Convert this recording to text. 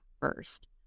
first